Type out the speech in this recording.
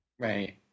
Right